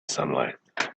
sunlight